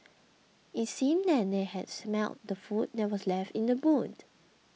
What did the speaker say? it seemed that they had smelt the food that were left in the boot